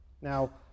Now